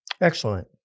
Excellent